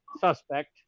suspect